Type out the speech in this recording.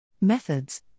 Methods